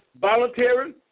voluntary